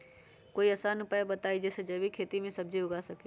कोई आसान उपाय बताइ जे से जैविक खेती में सब्जी उगा सकीं?